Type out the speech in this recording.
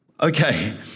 Okay